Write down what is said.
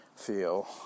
feel